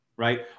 Right